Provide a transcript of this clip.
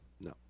No